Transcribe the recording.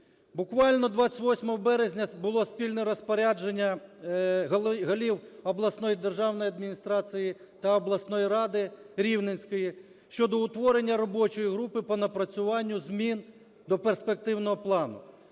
Буквально, 28 березня було спільне розпорядження голів обласної державної адміністрації та обласної ради Рівненської щодо утворення робочої групи по напрацюванню змін до перспективного плану.